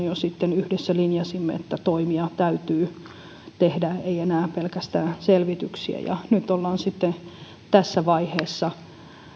jo sitten yhdessä linjasimme että toimia täytyy tehdä eikä enää pelkästään selvityksiä nyt ollaan sitten tässä vaiheessa